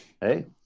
Hey